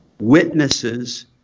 witnesses